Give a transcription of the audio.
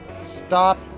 stop